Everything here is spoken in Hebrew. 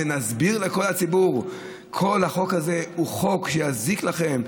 ונסביר לכל הציבור שכל החוק הזה הוא חוק שיזיק לכם.